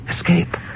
Escape